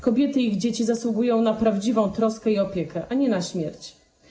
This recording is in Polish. Kobiety i ich dzieci zasługują na prawdziwą troskę i opiekę, a nie na śmierć.